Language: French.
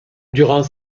durant